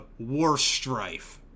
warstrife